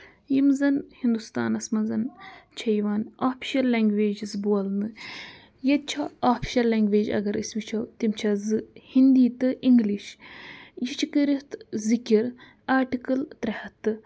یِم زَن ہِندوستانَس منٛزن چھِ یِوان آفِشَل لینگویجِز بولنہٕ ییٚتہِ چھےٚ آفِشَل لینگویج اَگر أسۍ وُچھو تِم چھےٚ زٕ ہِندی تہٕ اِنگلِش یہِ چھِ کٔرِتھ ذکِر آرٹٕل ترٛےٚ ہَتھ تہٕ